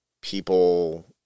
people